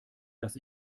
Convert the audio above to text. dass